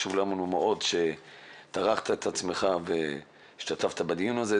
חשוב לנו מאוד שהטרחת את עצמך ואתה משתתף בדיון הזה.